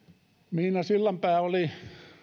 miina sillanpää oli